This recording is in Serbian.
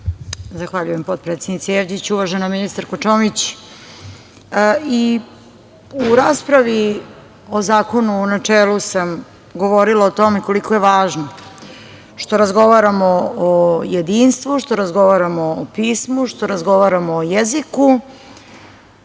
Zahvaljujem, potpredsednice Jevđić. Uvažena ministarko Čomić, u raspravi o Zakonu o načelu sam govorila o tome koliko je važno što razgovaramo o jedinstvu, što razgovaramo o pismu, što razgovaramo o jeziku,